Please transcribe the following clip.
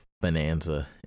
bonanza